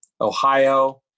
Ohio